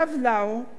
כבר לפני